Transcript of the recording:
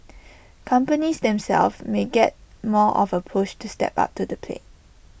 companies themselves may get more of A push to step up to the plate